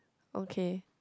okay